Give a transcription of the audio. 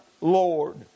Lord